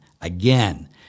again